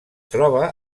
troba